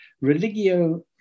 religio